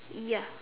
ya